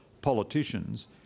politicians